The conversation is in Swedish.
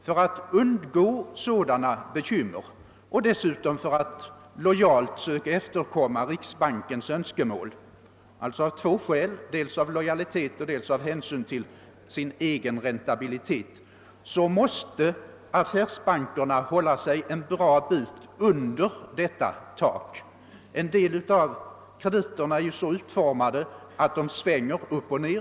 För att undgå sådana bekymmer och dessutom för att lojalt söka efterkomma riksbankens önskemål, alltså av två skäl — dels av lojalitet, dels av hänsyn till den egna räntabiliteten — måste affärsbankerna hålla sig en bra bit under detta tak. En del av krediterna är så utformade, att de varierar i volym utan att bankerna kan påverka detta.